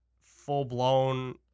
full-blown